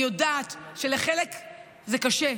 אני יודעת שלחלק זה קשה,